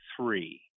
three